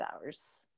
hours